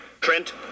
Trent